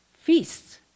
feasts